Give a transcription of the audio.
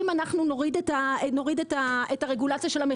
מאיפה אתה יודע שירד המחיר אם אנחנו נוריד את רגולציה של קידוד המחירים.